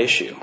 issue